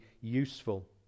useful